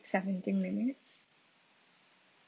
seventeen minutes